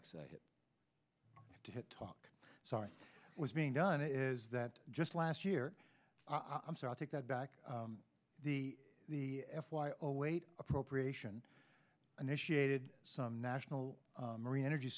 excited to talk sorry was being done is that just last year i'm sorry i take that back the the f y r wait appropriation initiated some national marine energy